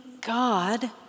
God